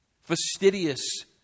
fastidious